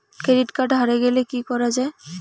Credit card হারে গেলে কি করা য়ায়?